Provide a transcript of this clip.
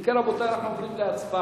אם כן, רבותי, אנחנו עוברים להצבעה.